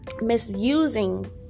misusing